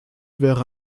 wäre